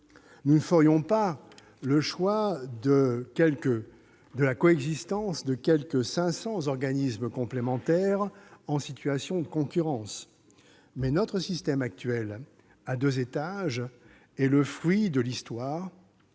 nous ne ferions pas le choix de la coexistence de quelque 500 organismes complémentaires en situation de concurrence. Notre système actuel à deux étages est le fruit de l'histoire,